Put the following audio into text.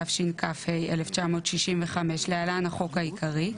התשכ"ה-1965 (להלן החוק העיקרי),